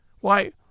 Why